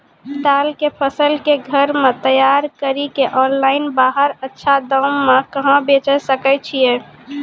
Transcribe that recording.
दाल के फसल के घर मे तैयार कड़ी के ऑनलाइन बाहर अच्छा दाम मे कहाँ बेचे सकय छियै?